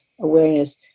awareness